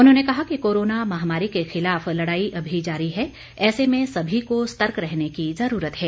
उन्होंने कहा कि कोरोना महामारी के खिलाफ लड़ाई अभी जारी है ऐसे में सभी को सतर्क रहने की ज़रूरत है